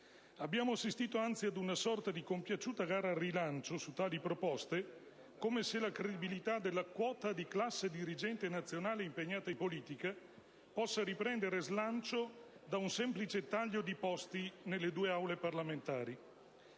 Abbiamo assistito, anzi, ad una sorta di compiaciuta gara al rilancio su tali proposte, come se la credibilità della quota di classe dirigente nazionale impegnata in politica possa riprendere slancio da un semplice taglio di posti nelle due Aule parlamentari.